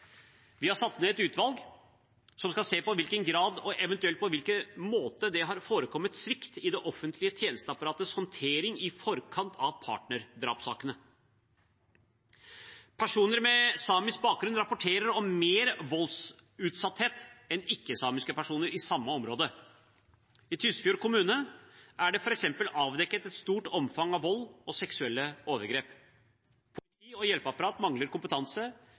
Vi har satt ned et utvalg som skal se på i hvilken grad og eventuelt på hvilken måte det har forekommet svikt i det offentlige tjenesteapparatets håndtering i forkant av partnerdrapssakene. Personer med samisk bakgrunn rapporterer om at de er mer voldsutsatt enn ikke-samiske personer i samme område. I Tysfjord kommune er det f.eks. avdekket et stort omfang av vold og seksuelle overgrep. Politi og hjelpeapparat mangler kompetanse